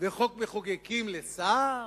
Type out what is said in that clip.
וחוק מחוקקים לשר?